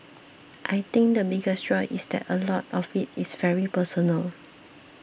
I think the biggest draw is that a lot of it is very personal